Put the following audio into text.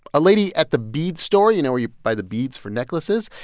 a lady at the bead store you know, where you buy the beads for necklaces?